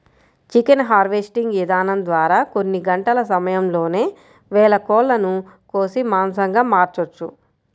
chicken harvesting ఇదానం ద్వారా కొన్ని గంటల సమయంలోనే వేల కోళ్ళను కోసి మాంసంగా మార్చొచ్చు